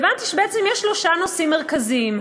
הבנתי שבעצם יש שלושה נושאים מרכזיים: